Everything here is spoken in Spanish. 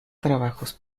trabajos